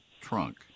trunk